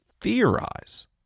theorize